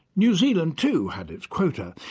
new zealand too had its quota.